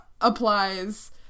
applies